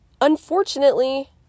unfortunately